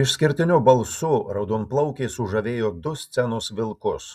išskirtiniu balsu raudonplaukė sužavėjo du scenos vilkus